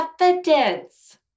evidence